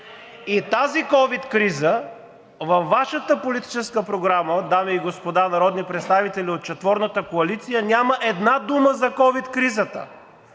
и тази ковид криза – във Вашата политическа програма, дами и господа народни представители от четворната коалиция, няма една дума за ковид кризата?!